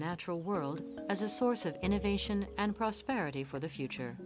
natural world as a source of innovation and prosperity for the future